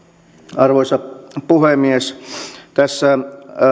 arvoisa puhemies tässä